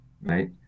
right